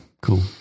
Cool